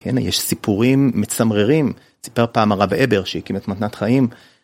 הנה יש סיפורים מצמררים, סיפר פעם הרב הבר שהקים את מתנת חיים.